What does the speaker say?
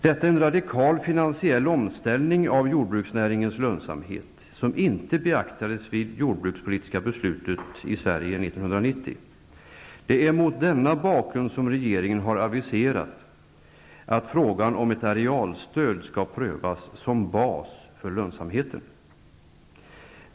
Detta är en radikal finansiell omställning av jordbruksnäringens lönsamhet, som inte beaktades vid det jordbrukspolitiska beslutet i Sverige 1990. Det är mot denna bakgrund som regeringen har aviserat att frågan om ett arealstöd skall prövas som bas för lönsamheten.